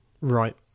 Right